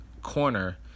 corner